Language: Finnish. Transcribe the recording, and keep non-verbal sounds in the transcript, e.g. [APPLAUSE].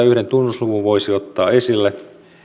[UNINTELLIGIBLE] yhden tunnusluvun voisi ottaa esille